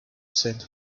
saint